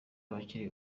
abakiri